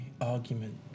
argument